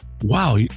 wow